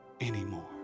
anymore